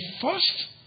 first